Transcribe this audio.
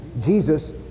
Jesus